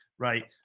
Right